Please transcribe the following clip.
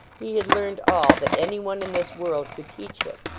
he had learned all that any one in this world could teach him,